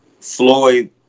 Floyd